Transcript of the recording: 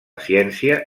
ciència